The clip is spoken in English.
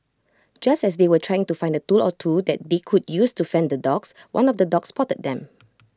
just as they were trying to find A tool or two that they could use to fend the dogs one of the dogs spotted them